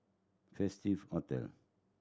Festive Hotel